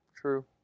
True